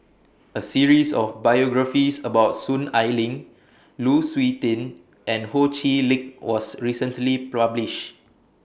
A series of biographies about Soon Ai Ling Lu Suitin and Ho Chee Lick was recently published